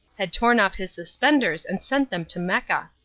had torn off his suspenders and sent them to mecca.